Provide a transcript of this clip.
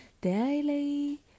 daily